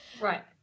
Right